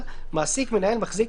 המקיים